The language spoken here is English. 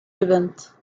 event